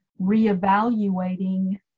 reevaluating